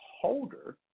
holder